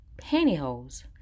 pantyhose